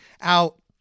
out